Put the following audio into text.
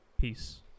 Peace